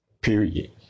period